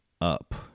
up